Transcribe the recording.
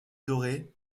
doré